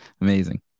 Amazing